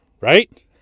right